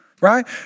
Right